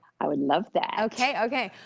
i would love that. okay, okay.